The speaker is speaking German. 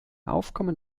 aufkommen